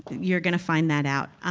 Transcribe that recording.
you're gonna find that out.